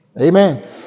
Amen